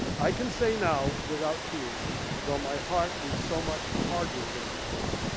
i can say now without tears though my heart is so much harder than before.